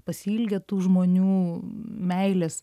pasiilgę tų žmonių meilės